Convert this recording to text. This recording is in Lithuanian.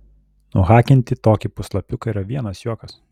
nuhakinti tokį puslapiuką yra vienas juokas